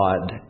God